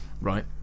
right